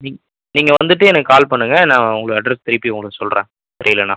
நீ நீங்கள் வந்துட்டு எனக்கு கால் பண்ணுங்கள் நான் உங்களுக்கு அட்ரஸ் திருப்பி உங்களுக்கு சொல்கிறேன் தெரியலனா